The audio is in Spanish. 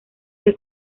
que